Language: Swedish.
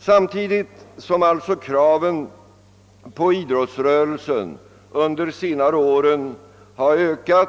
Samtidigt som alltså kraven på idrottsrörelsen under de senare åren har ökat